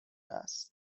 است